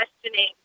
questioning